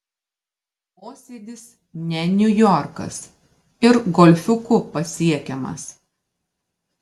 mosėdis ne niujorkas ir golfiuku pasiekiamas